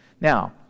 Now